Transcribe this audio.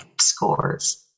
scores